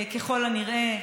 ככל הנראה,